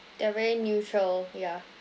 they're very neutral yeah